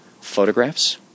photographs